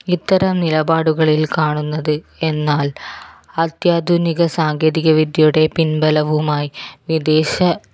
ഇത്തരം നിലപാടുകളിൽ കാണുന്നത് എന്നാൽ അത്യാധുനിക സാങ്കേതികവിദ്യയുടെ പിൻബലവുമായി വിദേശ